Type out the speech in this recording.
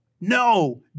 No